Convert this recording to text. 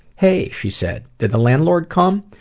hey, she said, did the landlord come?